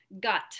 Gut